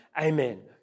Amen